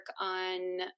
on